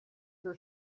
her